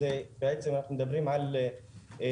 בעצם אנחנו מדברים על אכיפה.